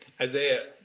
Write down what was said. Isaiah